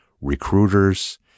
recruiters